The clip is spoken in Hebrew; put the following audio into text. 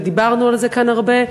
ודיברנו על זה כאן הרבה.